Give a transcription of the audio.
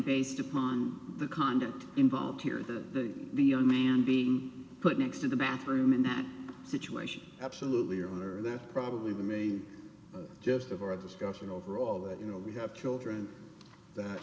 based upon the conduct involved here the then the young man be put next to the bathroom in that situation absolutely or is that probably the main just of our discussion overall that you know we have children that